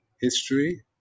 history